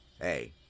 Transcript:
hey